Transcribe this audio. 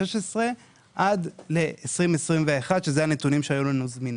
וגם נשאל שאלה שלא דנו בה,